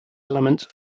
elements